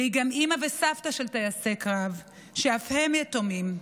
והיא גם אימא וסבתא של טייסי קרב שאף הם יתומים,